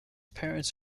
parents